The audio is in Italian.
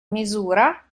misura